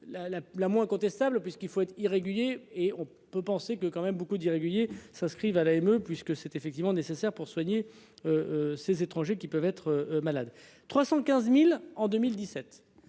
la moins contestable puisqu'il faut être irrégulier et on peut penser que quand même beaucoup d'irrégulier. S'inscrivent à l'ANPE puisque c'est effectivement nécessaire pour soigner. Ces étrangers qui peuvent être malade. 315.000 en 2017.